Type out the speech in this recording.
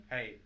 Hey